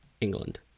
England